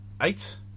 eight